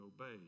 obey